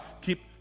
keep